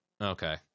Okay